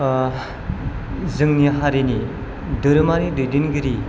जोंनि हारिनि धोरोमारि दैदेनगिरि